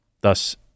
thus